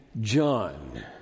John